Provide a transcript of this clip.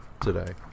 today